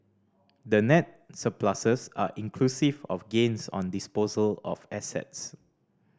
the net surpluses are inclusive of gains on disposal of assets